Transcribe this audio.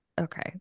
okay